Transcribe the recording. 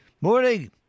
Morning